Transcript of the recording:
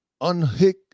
unhook